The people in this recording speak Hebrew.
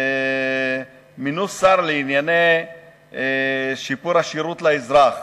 מינו שר לענייני שיפור השירות לאזרח.